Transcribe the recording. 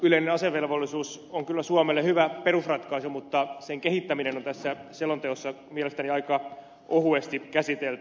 yleinen asevelvollisuus on kyllä suomelle hyvä perusratkaisu mutta sen kehittäminen on tässä selonteossa mielestäni aika ohuesti käsitelty